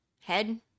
head